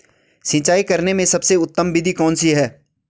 सिंचाई करने में सबसे उत्तम विधि कौन सी है?